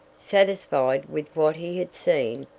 satisfied with what he had seen,